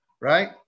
Right